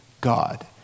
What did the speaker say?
God